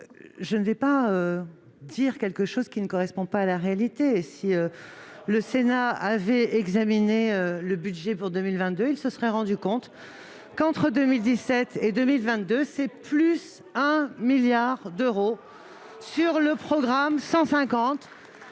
je ne vais pas dire quelque chose qui ne correspond pas à la réalité ! Si le Sénat avait examiné le budget pour 2022, il se serait rendu compte qu'entre 2017 et 2022 c'est plus un milliard d'euros qui auront été